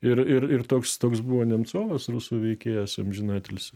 ir ir ir toks toks buvo nemcovas rusų veikėjas amžiną atilsį